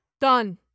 Done